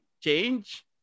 change